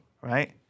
right